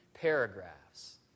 paragraphs